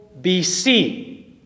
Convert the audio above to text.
BC